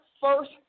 first